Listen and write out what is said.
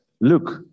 look